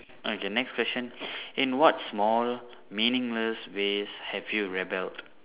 okay next question in what small meaningless ways have you rebelled